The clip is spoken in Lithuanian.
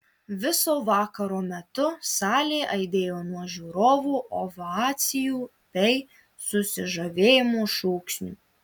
viso vakaro metu salė aidėjo nuo žiūrovų ovacijų bei susižavėjimo šūksnių